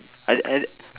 I I